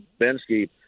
Bensky